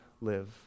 live